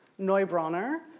Neubronner